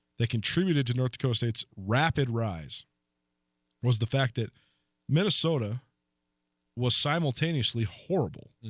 that contributed to north coast its rapid rise was the fact that minnesota was simultaneously horrible in